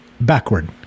backward